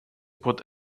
put